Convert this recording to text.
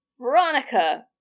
Veronica